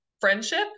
friendship